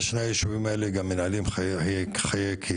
שני הישובים האלה מנהלים חיי קהילה.